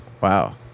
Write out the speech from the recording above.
Wow